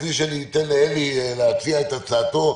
לפני שאני אתן לאלי להציע את הצעתו,